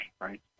right